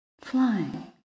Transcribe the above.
flying